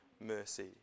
mercy